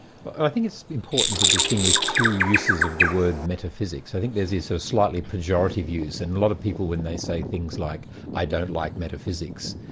i think it's important to distinguish two uses of the word metaphysics. i think there's the so slightly pejorative use, and a lot of people when they say things like i don't like metaphysics,